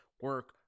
Work